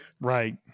Right